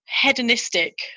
hedonistic